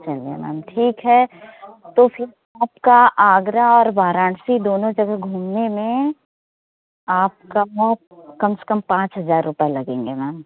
चलिए मैम ठीक है तो फ़िर आपका आगरा और वाराणसी दोनों जगह घूमने में आपका कम स कम पाँच हजार रुपए लगेंगे मैम